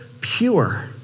pure